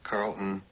Carlton